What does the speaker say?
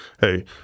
Hey